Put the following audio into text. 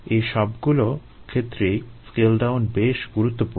এই সবগুলো ক্ষেত্রেই স্কেল ডাউন বেশ গুরুত্বপূর্ণ